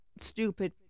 stupid